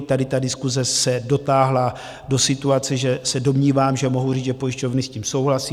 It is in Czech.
Tady ta diskuse se dotáhla do situace, že se domnívám, že mohu říct, že pojišťovny s tím souhlasí.